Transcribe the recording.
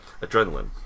Adrenaline